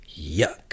Yuck